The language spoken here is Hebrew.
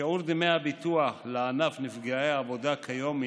שיעור דמי הביטוח לענף נפגעי עבודה כיום הוא